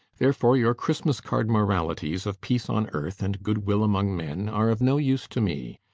therefore your christmas card moralities of peace on earth and goodwill among men are of no use to me.